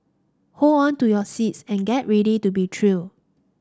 hold on to your seats and get ready to be thrilled